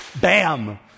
Bam